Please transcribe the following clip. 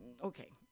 okay